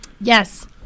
Yes